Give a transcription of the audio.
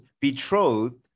betrothed